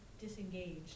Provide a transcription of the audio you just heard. disengaged